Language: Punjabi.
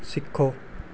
ਸਿੱਖੋ